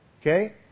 Okay